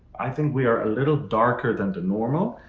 i think we are a little darker than the normal.